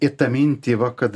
į tą mintį va kad